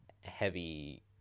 heavy